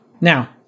Now